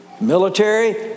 military